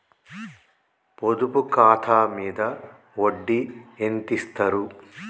పొదుపు ఖాతా మీద వడ్డీ ఎంతిస్తరు?